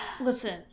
Listen